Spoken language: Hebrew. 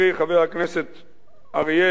חבר הכנסת אריאל,